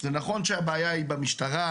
זה נכון שהבעיה היא במשטרה,